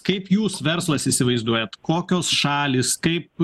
kaip jūs verslas įsivaizduojat kokios šalys kaip